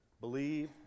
Believe